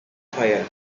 fire